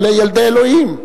אלה ילדי אלוהים.